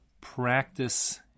practice